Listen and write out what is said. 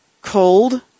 cold